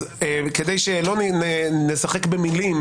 אז כדי שלא נשחק במילים